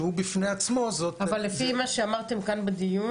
שהוא בפני עצמו זה אבל לפי מה שאמרתם כאן בדיון,